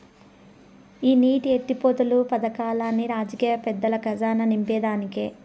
ఈ నీటి ఎత్తిపోతలు పదకాల్లన్ని రాజకీయ పెద్దల కజానా నింపేదానికే